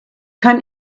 kann